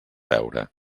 veure